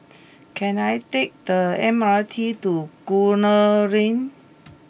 can I take the M R T to Gunner Lane